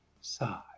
side